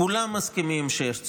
כולם מסכימים שיש צורך,